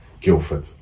Guildford